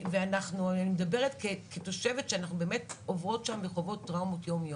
אני מדברת כתושבת שאנחנו באמת עוברות שם וחוות טראומות כל יום.